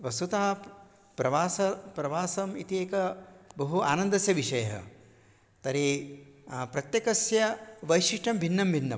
वस्तुतः प्रवासः प्रवासम् इति एक बहु आनन्दस्य विषयः तर्हि प्रत्येकस्य वैशिष्ट्यं भिन्नं भिन्नं